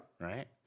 Right